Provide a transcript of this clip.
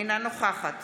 אינה נוכחת